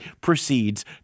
proceeds